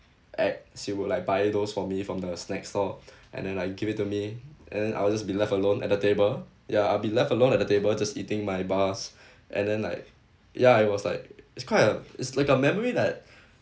act she would like buy those for me from the snack store and then like give it to me and then I will just be left alone at the table ya I'll be left alone at the table just eating my bars and then like ya it was like it's quite a it's like a memory that